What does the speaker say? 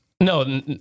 No